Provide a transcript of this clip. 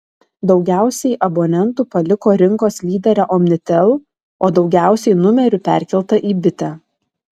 daugiausiai abonentų paliko rinkos lyderę omnitel o daugiausiai numerių perkelta į bitę